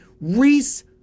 Reese